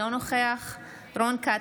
אינו נוכח רון כץ,